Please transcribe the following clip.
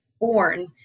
born